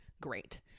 Great